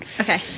Okay